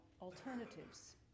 alternatives